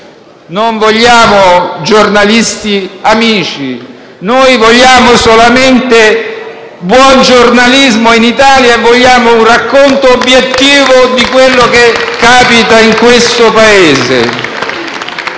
non vogliamo giornalisti amici. Noi vogliamo solamente buon giornalismo in Italia e un racconto obiettivo di quello che capita in questo Paese.